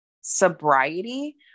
sobriety